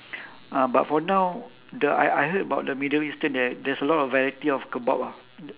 ah but for now the I I heard about the middle eastern there there's a lot of variety of kebab ah